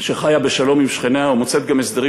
שחיה בשלום עם שכניה ומוצאת גם הסדרים